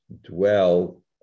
dwell